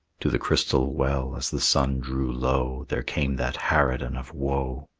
to the crystal well as the sun drew low there came that harridan of woe.